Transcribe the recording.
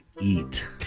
eat